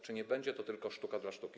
Czy nie będzie to tylko sztuka dla sztuki?